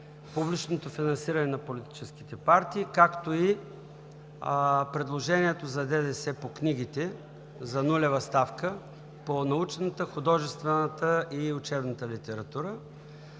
публичните финансирания на политическите партии, както и предложението за ДДС по книгите за нулева ставка по научната, художествената и учебната литература,